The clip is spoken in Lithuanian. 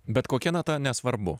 bet kokia nata nesvarbu